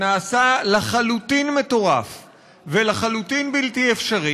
שנעשה לחלוטין מטורף ולחלוטין בלתי אפשרי,